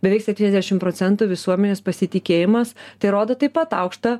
beveik septyniasdešim procentų visuomenės pasitikėjimas tai rodo taip pat aukštą